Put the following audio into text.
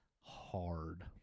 hard